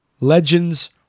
Legends